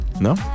No